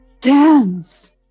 dance